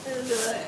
!aduh!